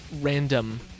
random